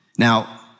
Now